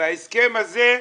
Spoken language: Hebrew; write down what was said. ההסכם הזה,